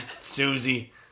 Susie